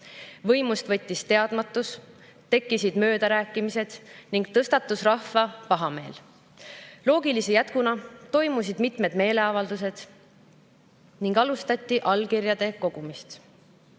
võimust võttis teadmatus, tekkisid möödarääkimised ning tõstatus rahva pahameel. Loogilise jätkuna toimusid mitmed meeleavaldused ning alustati allkirjade kogumist.